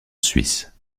suisse